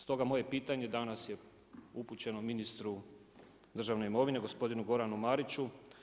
Stoga moje pitanje danas je upućeno ministru državne imovine gospodinu Goranu Mariću.